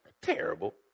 Terrible